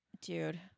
Dude